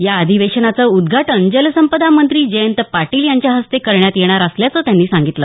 या अधिवेशनाचं उद्घाटन जलसंपदा मंत्री जयंत पाटील यांच्या हस्ते करण्यात येणार असल्याचं त्यांनी सांगितलं